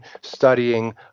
studying